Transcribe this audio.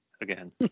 again